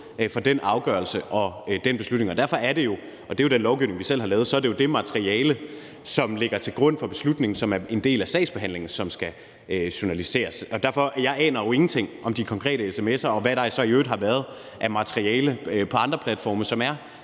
for den afgørelse og den beslutning. Derfor er det jo, og det er den lovgivning, vi selv har lavet, det materiale, som ligger til grund for beslutningen og er en del af sagsbehandlingen, som skal journaliseres. Jeg aner jo ingenting om de konkrete sms'er og hvad der så i øvrigt har været af materiale på andre platforme, som er